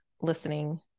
listening